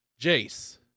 Jace